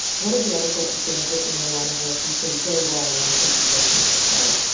what are the other sorts of things that in your line of work you see go wrong when people leap into the fray?